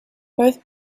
both